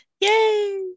yay